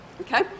Okay